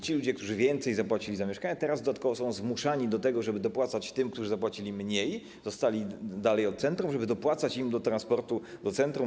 Ci ludzie, którzy więcej zapłacili za mieszkania, teraz dodatkowo są zmuszani do tego, żeby dopłacać tym, którzy zapłacili mniej, zostali dalej od centrum, żeby dopłacać im do transportu do centrum.